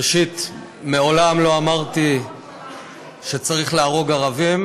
ראשית, מעולם לא אמרתי שצריך להרוג ערבים,